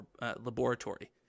laboratory